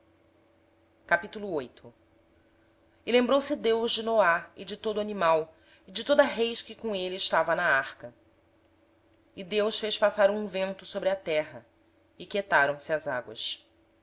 cinqüenta dias deus lembrou-se de noé de todos os animais e de todo o gado que estavam com ele na arca e deus fez passar um vento sobre a terra e as águas